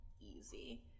easy